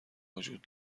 وجود